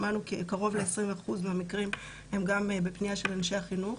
שמענו שקרוב ל-20% מהמקרים הם גם בפנייה של אנשי החינוך.